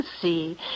see